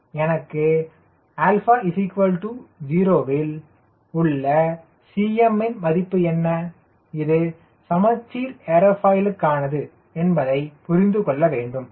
எனக்கு 𝛼 0 இல் உள்ள Cm ன் மதிப்பு என்ன இது சமச்சீர் ஏர்ஃபாயிலுக்கானது என்பதை புரிந்து கொள்ள வேண்டும்